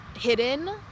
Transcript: hidden